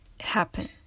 happen